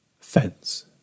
Fence